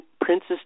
Princess